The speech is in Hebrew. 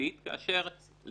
החוקתית כאשר לעמדתנו,